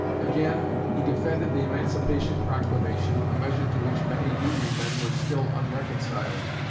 again, he defended the emancipation proclamation, a measure to which many union men were still unreconciled.